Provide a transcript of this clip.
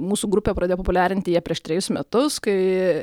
mūsų grupė pradėjo populiarinti ją prieš trejus metus kai